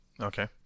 Okay